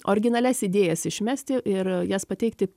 originalias idėjas išmesti ir jas pateikti